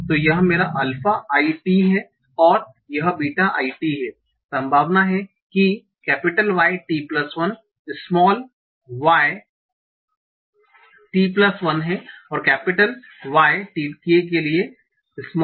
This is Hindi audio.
तो यह मेरा अल्फा i t है और यह बीटा i t है संभावना है कि Y t 1 छोटा y t1 है और कैपिटल Y t के लिए yt